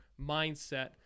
mindset